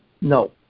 No